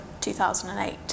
2008